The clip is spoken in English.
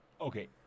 Okay